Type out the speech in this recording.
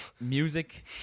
Music